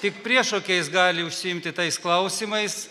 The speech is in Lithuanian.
tik priešokiais gali užsiimti tais klausimais